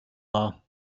war